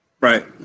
Right